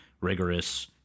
rigorous